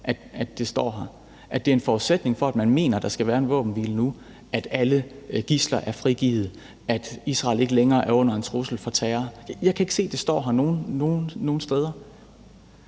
at det står her, altså at det er en forudsætning for, at man mener, at der skal være en våbenhvile nu, at alle gidsler er frigivet, at Israel ikke længere er under en trussel fra terror. Jeg kan ikke se, at det står her nogen steder.